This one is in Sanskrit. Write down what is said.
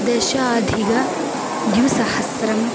दशाधिकद्विसहस्रम्